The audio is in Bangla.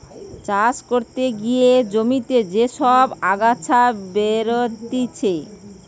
চাষ করতে গিয়ে জমিতে যে সব আগাছা বেরতিছে